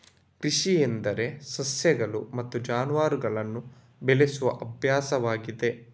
ಕೃಷಿ ಎಂದರೆ ಸಸ್ಯಗಳು ಮತ್ತು ಜಾನುವಾರುಗಳನ್ನು ಬೆಳೆಸುವ ಅಭ್ಯಾಸವಾಗಿದೆ